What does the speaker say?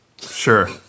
sure